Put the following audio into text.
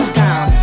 down